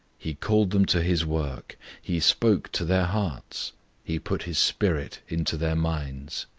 he called them to his work he spoke to their hearts he put his spirit into their minds.